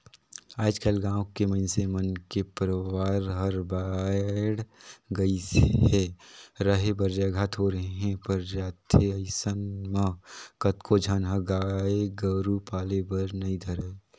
आयज कायल गाँव के मइनसे मन के परवार हर बायढ़ गईस हे, रहें बर जघा थोरहें पर जाथे अइसन म कतको झन ह गाय गोरु पाले बर नइ धरय